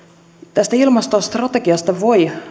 tästä ilmastostrategiasta voi